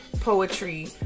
poetry